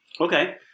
Okay